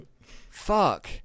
Fuck